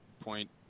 point